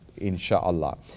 insha'Allah